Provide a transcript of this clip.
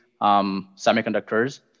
semiconductors